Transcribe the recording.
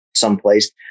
someplace